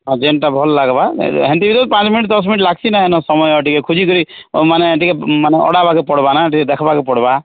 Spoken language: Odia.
ହଁ ଯେନ୍ତା ଭଲ ଲାଗବା ହେମିତି ତ ପାଞ୍ଚ ମିନିଟ୍ ଦଶ ମିନିଟ୍ ଲାଗସି ନାଇଁ ନ ସମୟ ଟିକେ ଖୋଜି କରି ମାନେ ଟିକେ ମାନେ ଅଡ଼ା ବାକେ ପଡ଼ବା ନା ଟିକେ ଦେଖବାକେ ପଡ଼ବା